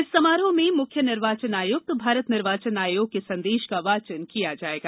इस समारोह में मुख्य निर्वाचन आयुक्त भारत निर्वाचन आयोग के संदेश का वाचन किया जाएगा